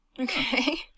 Okay